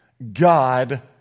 God